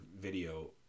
video